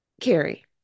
carrie